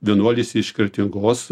vienuolis iš kretingos